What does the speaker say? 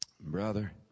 brother